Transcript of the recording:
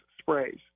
sprays